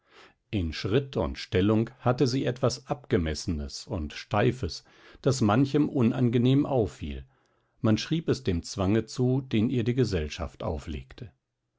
in schritt und stellung hatte sie etwas abgemessenes und steifes das manchem unangenehm auffiel man schrieb es dem zwange zu den ihr die gesellschaft auflegte